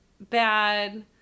bad